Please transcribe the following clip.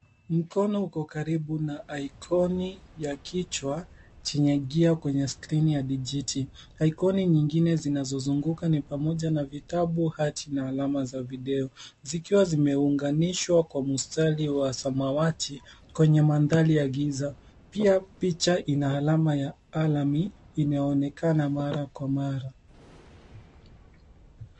Mkono uko karibu na ikoni ya kichwa chenye gia kwenye skrini ya dijiti. Ikoni nyingine zinazozunguka ni pamoja na vitabu, hati na alama za video zikiwa zimeunganishwa kwa mstari wa samawati kwenye mandhari ya giza. Pia picha ina alama ya Alamy, inaonekana mara kwa mara.